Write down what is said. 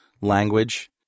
language